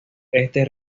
este